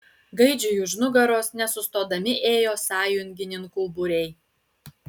gaidžiui už nugaros nesustodami ėjo sąjungininkų būriai